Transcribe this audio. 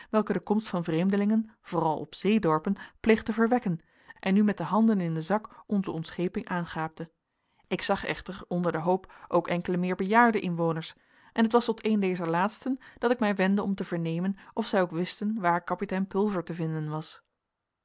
welke de komst van vreemdelingen vooral op zeedorpen pleegt te verwekken en nu met de handen in den zak onze ontscheping aangaapte ik zag echter onder den hoop ook enkele meer bejaarde inwoners en het was tot een dezer laatsten dat ik mij wendde om te vernemen of zij ook wisten waar kapitein pulver te vinden was